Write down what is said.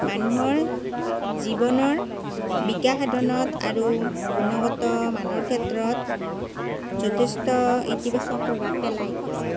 মানুহৰ জীৱনৰ বিকাশ সাধনত আৰু গুণগত মানৰ ক্ষেত্ৰত যথেষ্ট ইতিবাচক প্ৰভাৱ পেলায়